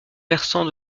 versant